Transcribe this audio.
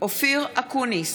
אופיר אקוניס,